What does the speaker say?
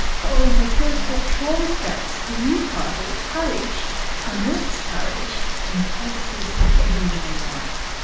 following her first book traumascapes, her new title courage unearths courage in the crevices of everyday life.